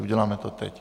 Uděláme to teď.